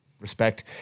Respect